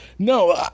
no